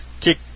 kick